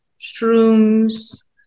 shrooms